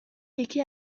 یکی